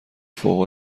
فوق